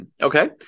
Okay